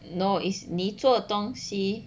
no it's 你做东西